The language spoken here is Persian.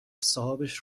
صاحابش